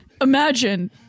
Imagine